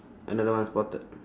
another one spotted